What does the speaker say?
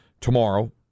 tomorrow